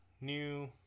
new